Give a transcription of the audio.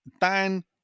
Dan